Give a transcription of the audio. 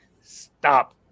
stop